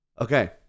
Okay